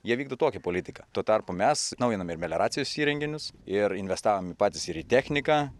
jie vykdo tokią politiką tuo tarpu mes atnaujinom ir melioracijos įrenginius ir investavom patys ir į techniką